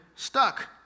Stuck